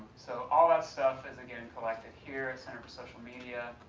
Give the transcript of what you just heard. so all that stuff is again, collected here at center for social media.